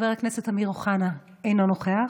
חבר הכנסת אמיר אוחנה, אינו נוכח,